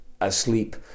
asleep